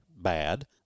bad